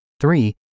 Three